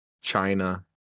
China